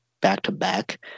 back-to-back